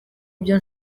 ibyo